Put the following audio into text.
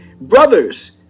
brothers